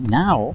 now